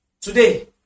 Today